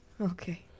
Okay